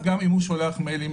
אז גם אם הוא שולח מיילים